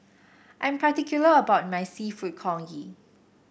I'm particular about my seafood Congee